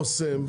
אסם,